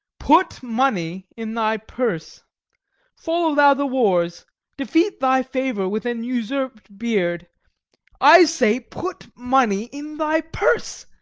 put money in thy purse follow thou the wars defeat thy favour with an usurped beard i say, put money in thy purse.